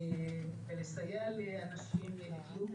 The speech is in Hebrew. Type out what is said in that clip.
ולסייע לאנשים שיחיו בכבוד,